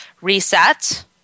reset